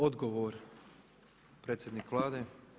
Odgovor, predsjednik Vlade.